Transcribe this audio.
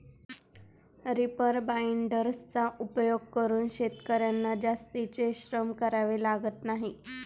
reaper बाइंडर्सचा उपयोग करून शेतकर्यांना जास्तीचे श्रम करावे लागत नाही